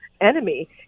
enemy